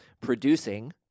producing